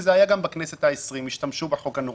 וגם בכנסת העשרים השתמשו בחוק הנורווגי.